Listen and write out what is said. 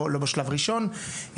לא בשלב ראשון,